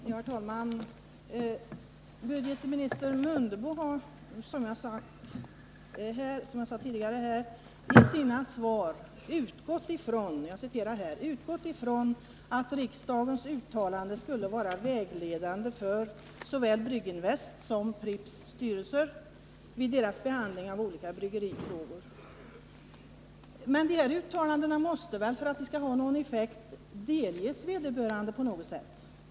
Herr talman! Budgetminister Mundebo har, som jag sade tidigare, i sina svar utgått från att riksdagens uttalande skulle vara vägledande för såväl Brygginvests som Pripps styrelser vid deras behandling av olika bryggerifrågor. Men uttalandena måste väl, för att de skall ha någon effekt, delges vederbörande på något sätt?